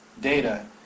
data